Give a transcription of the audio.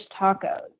tacos